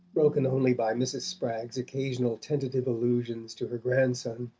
broken only by mrs. spragg's occasional tentative allusions to her grandson.